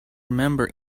remember